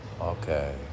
Okay